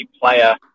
player